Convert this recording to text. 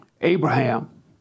Abraham